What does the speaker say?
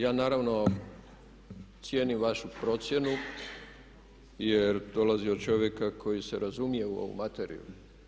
Ja naravno cijenim vašu procjenu jer dolazi od čovjeka koji se razumije u ovu materiju.